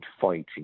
fighting